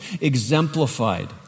exemplified